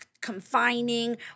confining